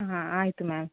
ಹಾಂ ಆಯಿತು ಮ್ಯಾಮ್